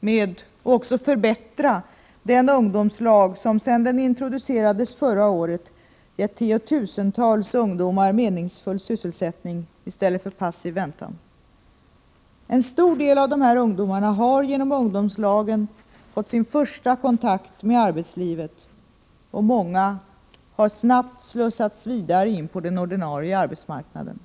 med att också förbättra den ungdomslag som sedan den introducerades förra året har gett tiotusentals ungdomar meningsfull sysselsättning i stället för passiv väntan. En stor del av dessa ungdomar har genom ungdomslagen fått sin första kontakt med arbetslivet, och många har snabbt slussats vidare in på den ordinarie arbetsmarknaden.